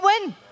win